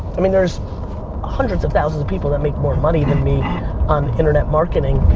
i mean there's hundreds of thousands of people that make more money than me on internet marketing,